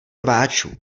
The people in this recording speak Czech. rváčů